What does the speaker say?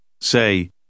Say